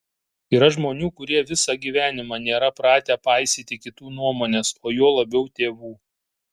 yra žmonių kurie visą gyvenimą nėra pratę paisyti kitų nuomonės o juo labiau tėvų